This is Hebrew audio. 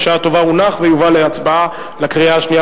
בשעה טובה הונח ויובא להצבעה לקריאה השנייה